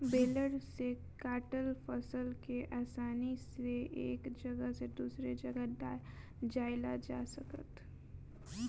baler से काटल फसल के आसानी से एक जगह से दूसरे जगह ले जाइल जा सकेला